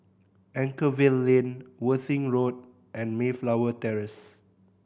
Anchorvale Lane Worthing Road and Mayflower Terrace